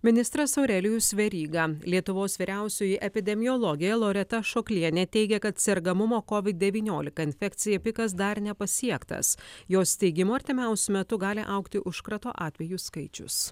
ministras aurelijus veryga lietuvos vyriausioji epidemiologė loreta ašoklienė teigė kad sergamumo covid devyniolika infekcija pikas dar nepasiektas jos teigimu artimiausiu metu gali augti užkrato atvejų skaičius